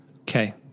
Okay